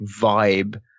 vibe